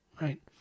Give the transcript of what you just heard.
right